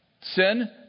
sin